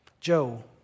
Joe